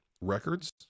records